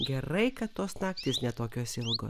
gerai kad tos naktys ne tokios ilgos